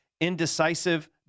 indecisive